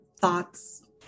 thoughts